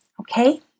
Okay